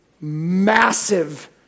massive